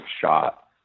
shot